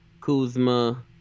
kuzma